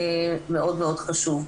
מאד מאוד חשוב.